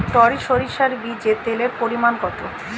টরি সরিষার বীজে তেলের পরিমাণ কত?